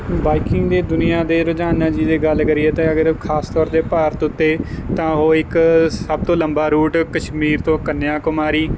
biking ਦੀ ਦੁਨੀਆ ਦੇ ਰੁਝਾਨਾਂ ਦੀ ਜੇ ਗੱਲ ਕਰੀਏ ਤਾਂ ਅਗਰ ਖਾਸ ਤੌਰ 'ਤੇ ਭਾਰਤ ਉੱਤੇ ਤਾਂ ਉਹ ਇੱਕ ਸਭ ਤੋਂ ਲੰਬਾ ਰੂਟ ਕਸ਼ਮੀਰ ਤੋਂ ਕੰਨਿਆ ਕੁਮਾਰੀ